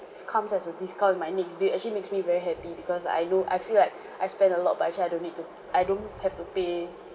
comes as a discount in my next bill actually makes me very happy because like I know I feel like I spend a lot but actually I don't need to I don't have to pay